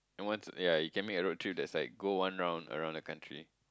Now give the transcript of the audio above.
and once ya you can make a road trip that's like go one round around the country